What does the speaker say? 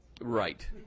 right